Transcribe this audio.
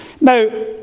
Now